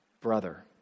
brother